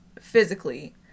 physically